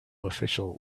official